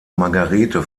margarete